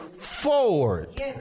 forward